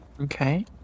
Okay